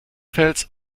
fels